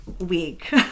week